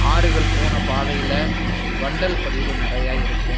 ஆறுகள் போன பாதையில் வண்டல் படிவு நிறையா இருக்கும்